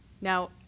Now